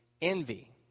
envy